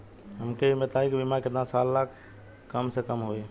हमके ई बताई कि बीमा केतना साल ला कम से कम होई?